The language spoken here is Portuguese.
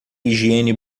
higiene